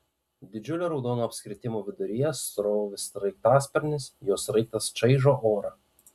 didžiulio raudono apskritimo viduryje stovi sraigtasparnis jo sraigtas čaižo orą